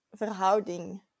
verhouding